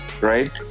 right